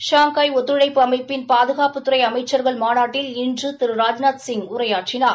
Shanghai ஒத்துழைப்பு அமைப்பின் பாதுகாப்புத்துறை அமைச்சர்கள் மாநாட்டில் இன்று திரு ராஜ்நாத்சிங் இன்று உரையாற்றினார்